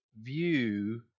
view